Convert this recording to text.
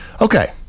Okay